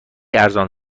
ارزان